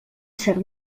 cert